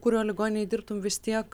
kurioj ligoninėj dirbtum vis tiek